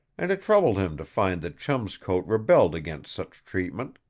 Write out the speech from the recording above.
and it troubled him to find that chum's coat rebelled against such treatment.